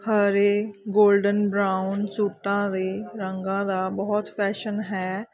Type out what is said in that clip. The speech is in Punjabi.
ਹਰੇ ਗੋਲਡਨ ਬਰਾਊਨ ਸੂਟਾਂ ਦੇ ਰੰਗਾਂ ਦਾ ਬਹੁਤ ਫੈਸ਼ਨ ਹੈ